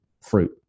fruit